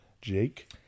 Jake